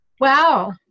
Wow